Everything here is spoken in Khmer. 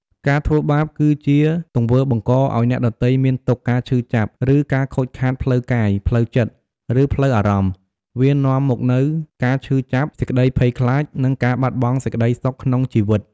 ការធ្វើបាប គឺជាទង្វើបង្កឲ្យអ្នកដទៃមានទុក្ខ ការឈឺចាប់ ឬការខូចខាតផ្លូវកាយ ផ្លូវចិត្ត ឬផ្លូវអារម្មណ៍ វានាំមកនូវការឈឺចាប់ សេចក្តីភ័យខ្លាច និងការបាត់បង់សេចក្តីសុខក្នុងជីវិត។